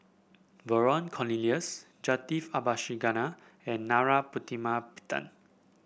Vernon Cornelius Jacintha Abisheganaden and Narana Putumaippittan